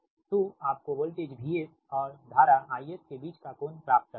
तो आपको voltage VS और धारा IS के बीच का कोण प्राप्त करना है